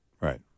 Right